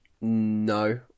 No